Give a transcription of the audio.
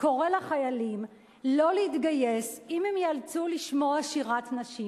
קורא לחיילים שלא להתגייס אם הם ייאלצו לשמוע שירת נשים.